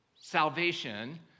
salvation